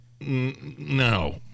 no